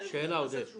--- שאלה עודד, ברשותך,